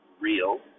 real